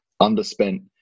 underspent